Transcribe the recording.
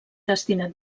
destinat